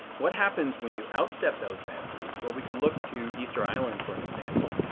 what happens when you out-step those boundaries? well we could look to easter island for an example.